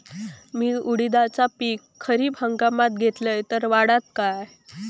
मी उडीदाचा पीक खरीप हंगामात घेतलय तर वाढात काय?